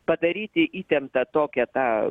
padaryti įtemptą tokią tą